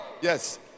Yes